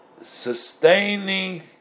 sustaining